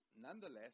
nonetheless